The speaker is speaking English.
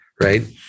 right